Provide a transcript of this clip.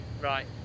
Right